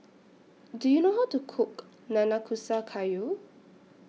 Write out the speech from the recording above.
Do YOU know How to Cook Nanakusa Gayu